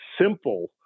simple